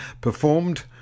performed